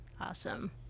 Awesome